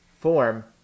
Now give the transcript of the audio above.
form